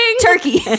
turkey